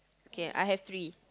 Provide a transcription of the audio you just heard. okay I have three